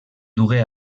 dugué